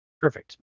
perfect